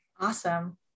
awesome